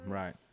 right